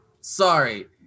Sorry